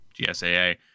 GSAA